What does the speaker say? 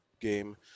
game